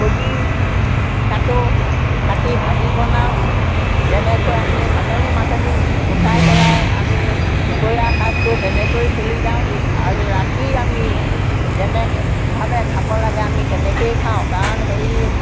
কবি কাটোঁ কাটি ভাজি বনাওঁ যেনেকৈ আমি চাটনি মাটনি গোটাই পেলাই আমি দুপৰীয়াৰ সাঁজটো তেনেকৈ চলি যাওঁ আৰু ৰাতি আমি যেনেকেভাৱে খাব লাগে আমি তেনেকেই খাওঁ কাৰণ হেৰি